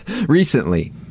recently